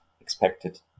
expected